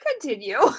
continue